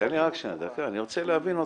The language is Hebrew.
תן לי שנייה, דקה, אני רוצה להבין אתכם.